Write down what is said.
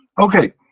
Okay